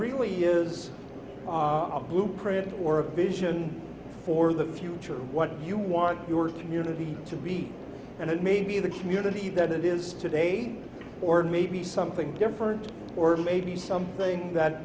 really is our blueprint or a vision for the future of what you want your community to be and it may be the community that it is today or maybe something different or maybe something that